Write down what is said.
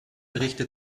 berichte